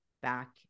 back